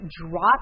drop